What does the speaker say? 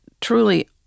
truly